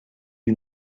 you